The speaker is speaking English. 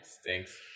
stinks